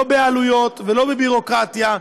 לא בעלויות ולא בביורוקרטיה,